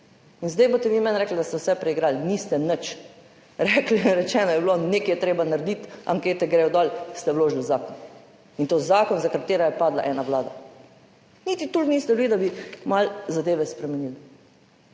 In zdaj boste vi meni rekli, da ste vse preigrali. Niste nič. Rečeno je bilo, nekaj je treba narediti, ankete gredo dol, ste vložili zakon. In to zakon, zaradi katerega je padla ena vlada. Niti toliko niste bili, da bi malo zadeve spremenili.